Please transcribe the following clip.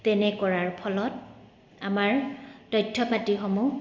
তেনে কৰাৰ ফলত আমাৰ তথ্য পাতিসমূহ